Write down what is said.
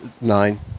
nine